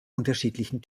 unterschiedlichen